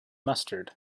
mustard